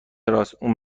راست، اون